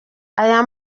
aya